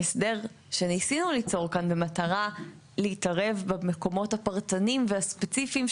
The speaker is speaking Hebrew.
ההסדר שניסינו ליצור כאן במטרה להתערב במקומות הפרטניים והספציפיים,